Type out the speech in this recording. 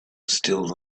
still